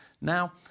Now